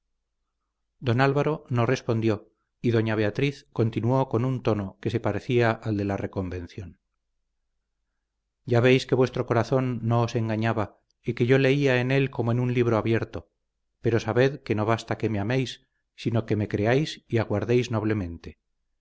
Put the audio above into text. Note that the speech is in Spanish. don álvaro no respondió y doña beatriz continuó con un tono que se parecía al de la reconvención ya veis que vuestro corazón no os engañaba y que yo leía en él como en un libro abierto pero sabed que no basta que me améis sino que me creáis y aguardéis noblemente